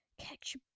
catch